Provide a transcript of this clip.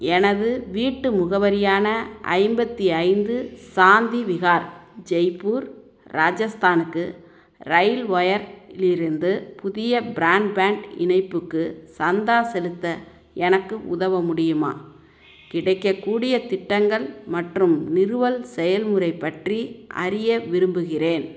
எனது வீட்டு முகவரியான ஐம்பத்து ஐந்து சாந்தி விஹார் ஜெய்ப்பூர் ராஜஸ்தானுக்கு ரயில் ஒயர்லிருந்து புதிய ப்ராட்பேண்ட் இணைப்புக்கு சந்தா செலுத்த எனக்கு உதவ முடியுமா கிடைக்கக்கூடிய திட்டங்கள் மற்றும் நிறுவல் செயல்முறை பற்றி அறிய விரும்புகிறேன்